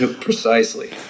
Precisely